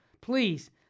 Please